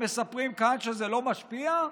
שמספרים כאן שזה לא משפיע?